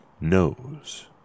knows